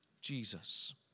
Jesus